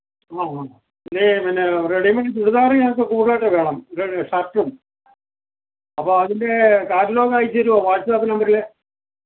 ആഹ് ആഹ് റെ പിന്നെ റെഡി മേയ്ഡ് ചുരിദാർ ഞങ്ങൾക്ക് കൂടുതലായിട്ടു വേണം റെ ഷര്ട്ടും അപ്പം അതിന്റെ കാറ്റലോഗ് അയച്ചു തരുമോ വാട്ട്സാപ്പ് നമ്പറിൽ